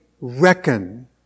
reckon